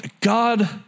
God